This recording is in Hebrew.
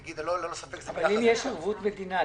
אבל אם יש ערבות מדינה,